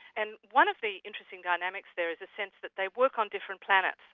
and one of the interesting dynamics there is a sense that they work on different planets,